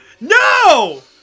No